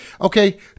Okay